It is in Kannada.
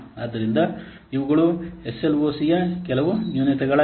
ಆದ್ದರಿಂದ ಇವುಗಳು ಎಸ್ಎಲ್ಒಸಿಯ ಕೆಲವು ನ್ಯೂನತೆಗಳಾಗಿವೆ